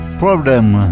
Problem